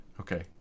Okay